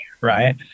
right